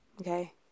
Okay